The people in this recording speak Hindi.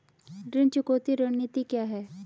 ऋण चुकौती रणनीति क्या है?